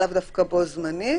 לאו דווקא בו זמנית.